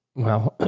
well,